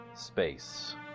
space